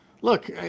look